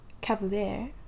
Cavalier